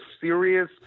serious